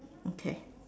okay